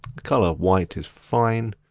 colour white is fine,